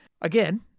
again